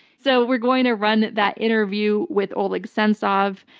so we're going to run that interview with oleg sentsov.